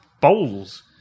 bowls